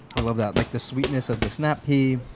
i love that. like the sweetness of the snap pea.